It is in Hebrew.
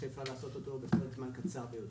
שאפשר לעשות אותו בפרק זמן קצר ביותר.